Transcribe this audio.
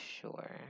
sure